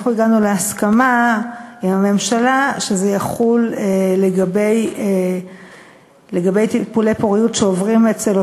הגענו להסכמה עם הממשלה שזה יחול לגבי טיפולי פוריות שעוברים אצל,